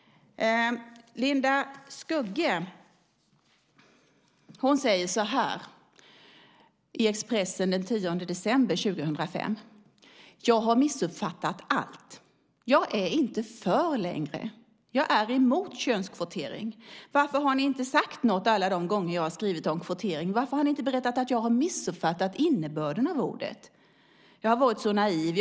Linda Skugge säger så här i Expressen den 10 december 2005: "Jag har missuppfattat allt. Jag är inte för längre. Jag är emot könskvotering! Varför har ni inte sagt nåt alla de gånger jag skrivit om kvotering, varför har ni inte berättat att jag missuppfattat innebörden av det ordet? Jag har varit så naiv.